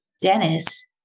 Dennis